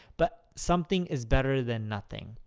but something is better than nothing.